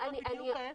בדיוק ההיפך.